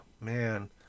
Man